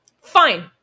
fine